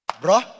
bro